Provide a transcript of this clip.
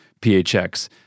PHX